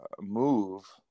move